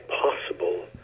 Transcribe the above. possible